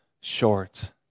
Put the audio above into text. short